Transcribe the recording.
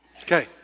Okay